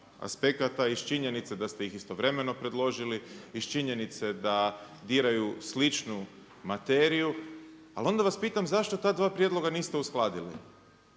aspekata i iz činjenice da ste ih istovremeno predložili, iz činjenice da diraju sličnu materiju. Ali onda vas pitam zašto ta dva prijedloga niste uskladili?